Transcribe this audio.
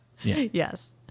Yes